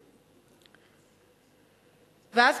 ואז,